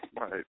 Right